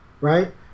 right